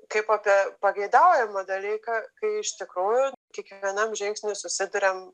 kaip apie pageidaujamą dalyką kai iš tikrųjų kiekvienam žingsny susiduriam